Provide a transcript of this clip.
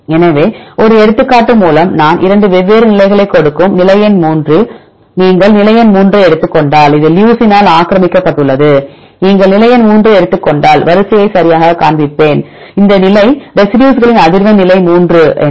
எனவே ஒரு எடுத்துக்காட்டு மூலம் நான் 2 வெவ்வேறு நிலைகளை கொடுக்கும் நிலை எண் 3 நீங்கள் நிலை எண் 3 ஐ எடுத்துக் கொண்டால் அது லியூசினால் ஆக்கிரமிக்கப்பட்டுள்ளது நீங்கள் நிலை எண் 3 ஐ எடுத்துக் கொண்டால் வரிசையை சரியாகக் காண்பிப்பேன் இந்த நிலை ரெசிடியூஸ்களின் அதிர்வெண் நிலை எண் 3 என்ன